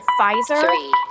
Pfizer